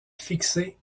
fixées